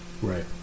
Right